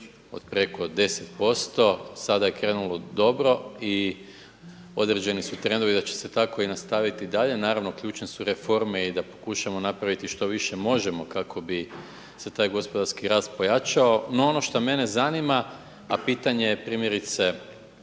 od preko 10%, sada je krenulo dobro i određeni su trendovi da će se tako nastaviti i dalje. Naravno ključne su reforme i da pokušamo napraviti što više možemo kako bi se taj gospodarski rast pojačao. No, ono što mene zanima, a pitanje je primjerice